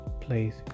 place